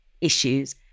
issues